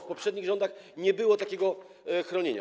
W poprzednich rządach nie było takiego chronienia.